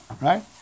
right